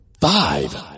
Five